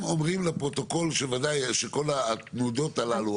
אומרים לפרוטוקול שכל התנודות הללו,